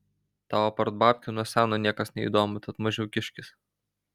tau apart babkių nuo seno niekas neįdomu tad mažiau kiškis